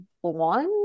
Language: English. one